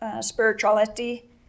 spirituality